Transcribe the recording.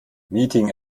meeting